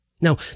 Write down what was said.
Now